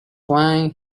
wine